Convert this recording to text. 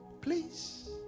please